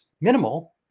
minimal